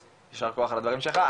יישר כוח על הדברים שלך,